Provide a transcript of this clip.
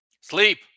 Sleep